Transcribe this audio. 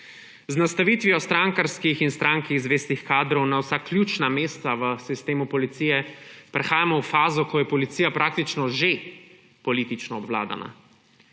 Z nastavitvijo strankarskih in stranki zvestih kadrov na vsa ključna mesta v sistemu Policije prehajamo v fazo, ko je Policija praktično že politično obvladana.